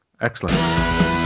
Excellent